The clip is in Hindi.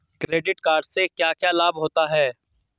क्रेडिट कार्ड से क्या क्या लाभ होता है?